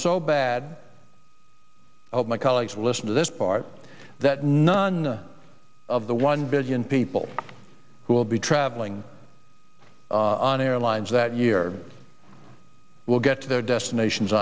so bad my colleagues listen to this part that none of the one billion people who will be traveling on airlines that year will get to their destinations